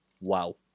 wow